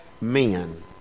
men